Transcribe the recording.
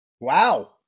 Wow